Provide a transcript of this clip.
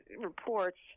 reports